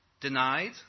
denied